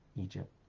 Egypt